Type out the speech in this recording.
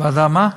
ועדה, מה?